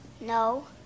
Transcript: No